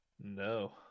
No